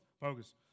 focus